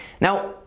Now